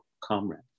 comrade